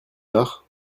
tard